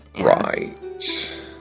Right